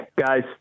guys